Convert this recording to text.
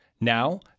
Now